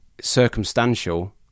circumstantial